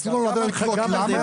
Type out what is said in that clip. אסור לנו להעביר על זה קריאות, למה?